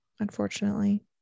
Unfortunately